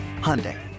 Hyundai